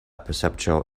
perceptual